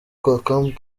camp